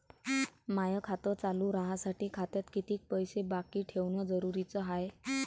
माय खातं चालू राहासाठी खात्यात कितीक पैसे बाकी ठेवणं जरुरीच हाय?